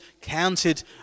counted